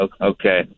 Okay